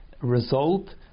result